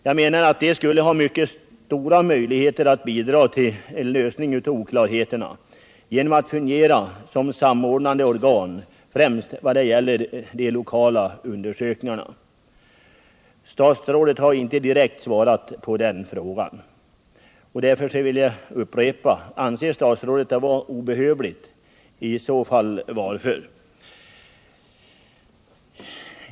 Jag menar att den skulle ha mycket stora möjligheter att bidra till en lösning av oklarheterna genom att fungera som ett samordnande organ främst vad gäller de lokala undersökningarna. Statsrådet har inte direkt svarat på den frågan, och därför vill jag upprepa: Anser statsrådet det vara obehövligt, och i så fall varför?